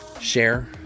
share